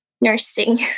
Nursing